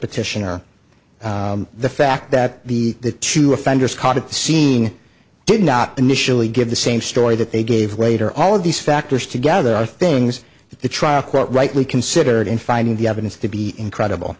petitioner the fact that the the two offenders caught at the scene did not initially give the same story that they gave later all of these factors together are things that the trial quote rightly considered in finding the evidence to be incredible